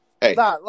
Hey